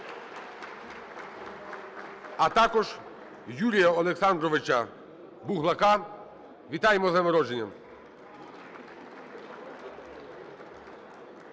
А також Юрія Олександровича Буглака. Вітаємо з днем народження.